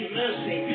mercy